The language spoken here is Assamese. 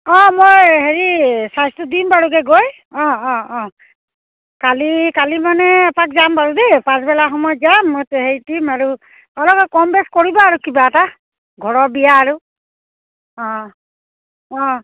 অঁ মই হেৰি চাইজটো দিম বাৰু দেই গৈ অঁ অঁ অঁ কালি কালি মানে এপাক যাম বাৰু দেই পাছবেলা সময়ত যাম মই হেৰি দিম আৰু অলপ কম বেছ কৰিবা আৰু কিবা এটা ঘৰৰ বিয়া আৰু অঁ অঁ